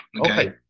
Okay